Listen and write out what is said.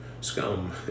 scum